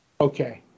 Okay